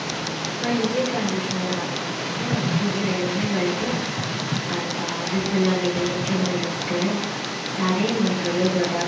मैले चाहिँ conditioner order गरेको थियो रिभ्यु हेरेर नै गरेको थियो अन्त जति बेला मैले एक्चुअलमा युज गर्यो साह्रै मन पर्यो प्रडक्ट